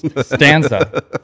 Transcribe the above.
Stanza